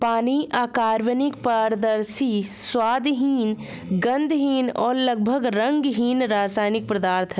पानी अकार्बनिक, पारदर्शी, स्वादहीन, गंधहीन और लगभग रंगहीन रासायनिक पदार्थ है